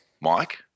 Mike